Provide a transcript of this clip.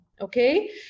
Okay